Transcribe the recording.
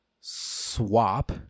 swap